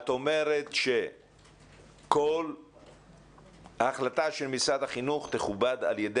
את אומרת שכל החלטה של משרד החינוך תכובד על ידי